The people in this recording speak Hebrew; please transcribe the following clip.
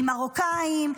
עם מרוקאים,